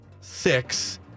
six